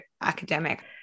academic